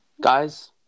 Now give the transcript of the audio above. Guys